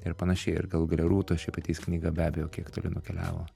ir panašiai ir galų gale rūtos šepetys knyga be abejo kiek toli nukeliavo